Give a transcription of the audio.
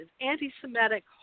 anti-Semitic